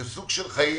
זה סוג של חיים,